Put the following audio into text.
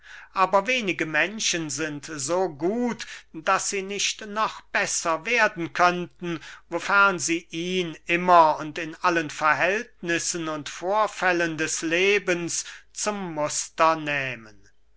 aber wenige menschen sind so gut daß sie nicht noch besser werden könnten wofern sie ihn immer und in allen verhältnissen und vorfällen des lebens zum muster nähmen